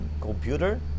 computer